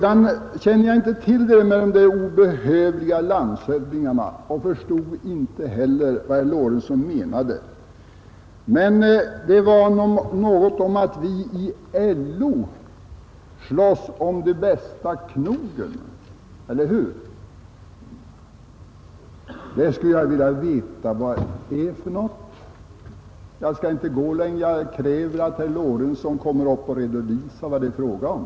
Jag känner inte till de enligt herr Lorentzons uppfattning obehövliga landshövdingarna och förstod i övrigt inte vad han menade. Men han sade någonting om att vi inom LO slåss om de bästa knogen, eller hur? Jag skulle vilja veta vad det är för knog. Jag kräver att herr Lorentzon redovisar vad det är fråga om.